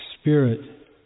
Spirit